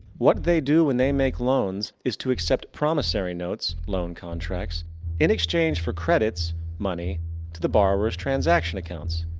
what they do when they make loans is to accept promissory notes loan contracts in exchange for credits money to the borrowers transaction accounts.